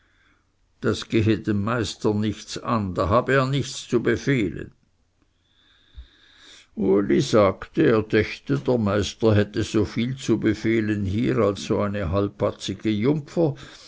das gehe den meister nichts an da habe er nichts zu befehlen uli sagte er dächte der meister hätte so viel zu befehlen hier als so eine halbbatzige